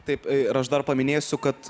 taip ir aš dar paminėsiu kad